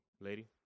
lady